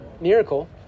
Miracle